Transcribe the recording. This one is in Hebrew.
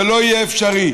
זה לא יהיה אפשרי.